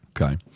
Okay